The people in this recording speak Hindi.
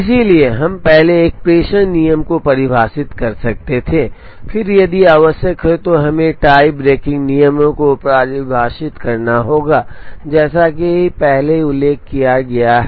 इसलिए हम पहले एक प्रेषण नियम को परिभाषित कर सकते थे और फिर यदि आवश्यक हो तो हमें टाई ब्रेकिंग नियम को परिभाषित करना होगा जैसा कि पहले उल्लेख किया गया है